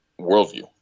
worldview